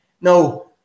no